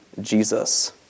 Jesus